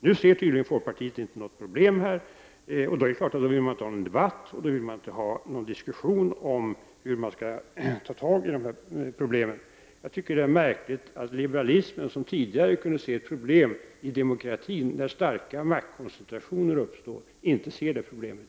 Nu ser folkpartiet tydligen inget problem här, och då vill man inte heller ha någon debatt om hur dessa problem skall angripas. Det är märkligt att liberalerna, som tidigare kunde se problem för demokratin när starka maktkoncentrationer uppstår, i dag inte ser de problemen.